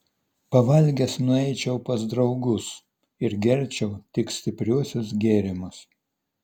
pavalgęs nueičiau pas draugus ir gerčiau tik stipriuosius gėrimus